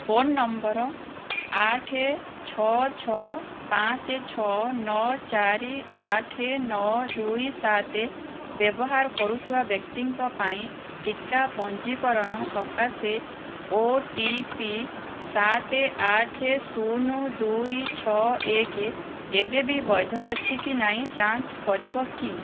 phone ନମ୍ବର ଆଠ ଛଅ ଛଅ ପାଞ୍ଚ ଛଅ ନଅ ଚାରି ଆଠ ନଅ ଦୁଇ ସାତ ବ୍ୟବହାର କରୁଥିବା ବ୍ୟକ୍ତିଙ୍କ ପାଇଁ ଟିକା ପଞ୍ଜୀକରଣ ସକାଶେ ଓ ଟି ପି ସାତ ଆଠ ଶୂନ ଦୁଇ ଛଅ ଏକ ଏବେ ବି ବୈଧ ଅଛି କି ଯାଞ୍ଚ କରିବ କି